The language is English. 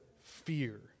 fear